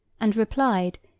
and replied,